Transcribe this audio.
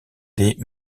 des